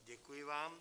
Děkuji vám.